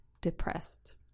depressed